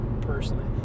personally